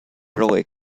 early